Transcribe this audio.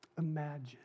imagine